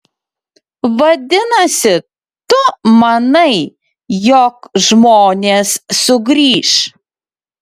vadinasi tu manai jog žmonės sugrįš